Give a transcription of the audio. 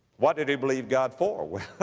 what did he believe god for? well,